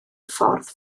ffordd